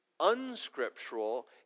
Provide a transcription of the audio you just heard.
unscriptural